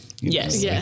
Yes